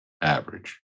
average